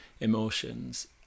emotions